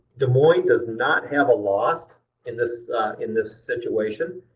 des moines does not have a lost in this in this situation.